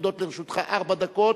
עומדות לרשותך ארבע דקות,